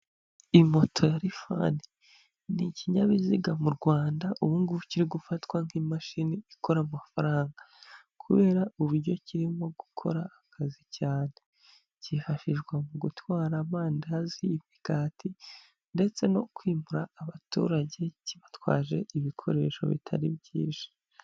Imoto ya rifani n'ikinyabiziga mu Rwanda ubu ngubu kiri gufatwa nk'imashini ikora amafaranga kubera uburyo kirimo gukora akazi cyane, cyifashishwa mu gutwara amandazi, imigati ndetse no kwimura abaturage kibatwaje ibikoresho bitari byinshi.